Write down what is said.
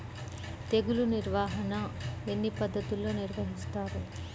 తెగులు నిర్వాహణ ఎన్ని పద్ధతులలో నిర్వహిస్తారు?